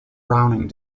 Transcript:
browning